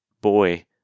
boy